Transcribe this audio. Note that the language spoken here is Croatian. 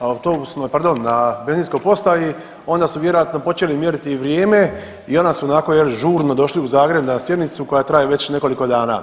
autobusnoj, pardon, na benzinskoj postaji onda su vjerojatno počeli mjeriti i vrijeme i onda su onako je li žurno došli u Zagreb na sjednicu koja traje već nekoliko dana.